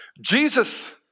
Jesus